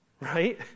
right